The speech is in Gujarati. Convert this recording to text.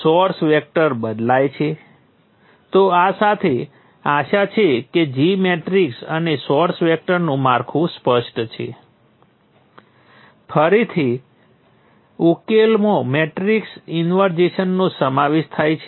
તેથી મારા ત્રણ સમીકરણો ક્યાં છે હવે મે નોડ 1 અને 2 માટેનાં સમીકરણોને ભેગાં કર્યા છે જે તે નોડ છે તે નોડ છે જે વોલ્ટેજ સ્રોત વચ્ચે જોડાયેલ છે